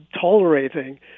tolerating